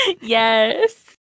yes